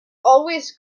always